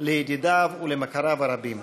לידידיו ולמכריו הרבים.